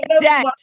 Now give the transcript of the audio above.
debt